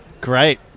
Great